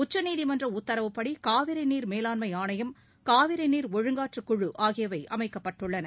உச்சநீதிமன்ற உத்தரவுபடி காவிரி நீர் மேலாண்மை ஆணையம் காவிரி நீர் ஒழுங்காற்று குழு ஆகியவை அமைக்கப்பட்டுள்ளன